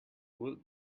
would